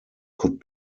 could